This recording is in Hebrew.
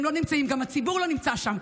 הם לא נמצאים, גם הציבור לא נמצא שם.